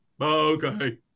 okay